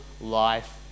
life